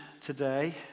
today